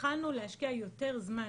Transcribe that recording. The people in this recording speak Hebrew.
התחלנו להשקיע יותר זמן